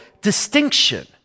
distinction